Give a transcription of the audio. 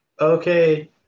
okay